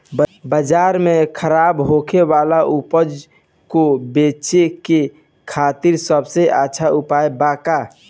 बाजार में खराब होखे वाला उपज को बेचे के खातिर सबसे अच्छा उपाय का बा?